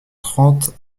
trente